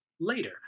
later